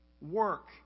work